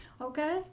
Okay